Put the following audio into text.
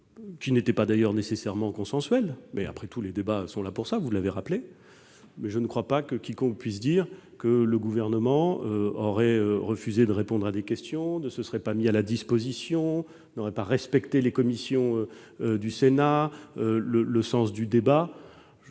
qui n'étaient pas d'ailleurs nécessairement consensuels ; mais, après tout, les débats servent à cela, et vous l'avez rappelé. Mais je ne crois pas que quiconque puisse dire que le Gouvernement aurait refusé de répondre à des questions, ne serait pas resté disponible, n'aurait pas respecté les commissions du Sénat, n'aurait